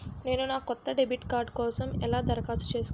నేను నా కొత్త డెబిట్ కార్డ్ కోసం ఎలా దరఖాస్తు చేసుకోవాలి?